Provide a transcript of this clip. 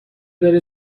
داره